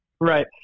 Right